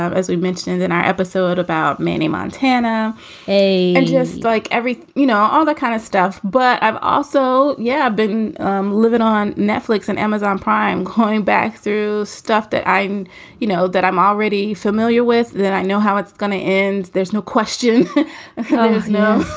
um as we mentioned in our episode about many montana a. just like every, you know, all that kind of stuff. but i've also. yeah, been living on netflix and amazon prime came back through stuff that i'm you know, that i'm already familiar with, that i know how it's gonna end. there's no question. there's no